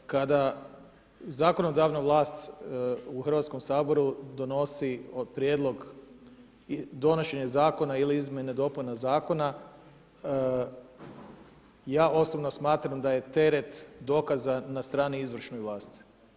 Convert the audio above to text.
Kada zakonodavna vlast u Hrvatskom saboru donosi prijedlog donošenja zakona ili izmjene i dopune zakona, ja osobno smatram da je teret dokaza na strani izvršne vlasti.